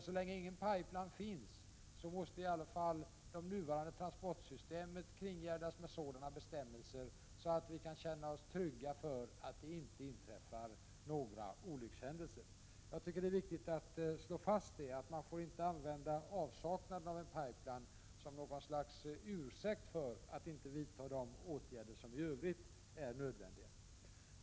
Så länge ingen pipeline finns måste nuvarande transportsystem kringgärdas med sådana bestämmelser att vi kan känna oss trygga för att det inte inträffar några olyckshändelser. Det är viktigt att slå fast detta: Man får inte använda avsaknaden av pipeline som något slags ursäkt för att inte vidta de åtgärder som i övrigt är nödvändiga.